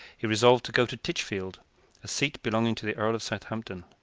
he resolved to go to titchfield, a seat belonging to the earl of southampton.